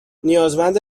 نیازمند